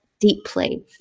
deeply